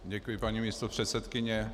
Děkuji, paní místopředsedkyně.